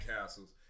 Castles